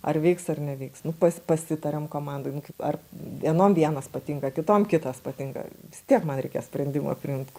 ar veiks ar neveiks nu pas pasitariam komandoj nu kaip ar vienom vienas patinka kitom kitas patinka vis tiek man reikės sprendimą priimt